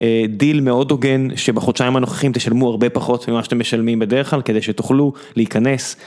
דיל מאוד הוגן שבחודשיים הנוכחים תשלמו הרבה פחות ממה שאתם משלמים בדרך כלל כדי שתוכלו להיכנס.